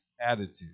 attitude